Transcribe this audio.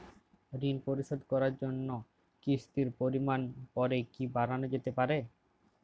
ঋন পরিশোধ করার জন্য কিসতির পরিমান পরে কি বারানো যেতে পারে?